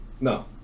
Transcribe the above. No